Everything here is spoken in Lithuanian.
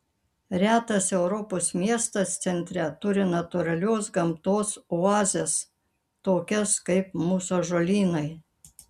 retas europos miestas centre turi natūralios gamtos oazes tokias kaip mūsų ąžuolynai